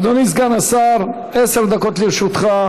אדוני סגן השר, עשר דקות לרשותך.